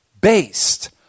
based